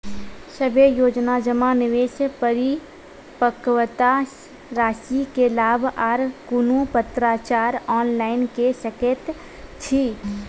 सभे योजना जमा, निवेश, परिपक्वता रासि के लाभ आर कुनू पत्राचार ऑनलाइन के सकैत छी?